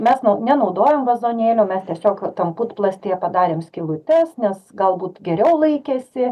mes nenaudojom vazonėlio mes tiesiog tam putplastyje padarėm skylutes nes galbūt geriau laikėsi